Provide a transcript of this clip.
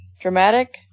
dramatic